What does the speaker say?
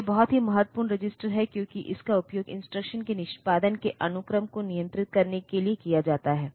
तो यह एक बहुत ही महत्वपूर्ण रजिस्टर है क्योंकि इसका उपयोग इंस्ट्रक्शन के निष्पादन की अनुक्रमण को नियंत्रित करने के लिए किया जाता है